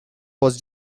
was